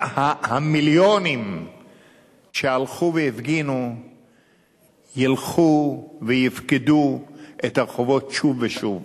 המיליונים שהלכו והפגינו ילכו ויפקדו את הרחובות שוב ושוב,